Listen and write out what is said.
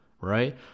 right